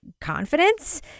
confidence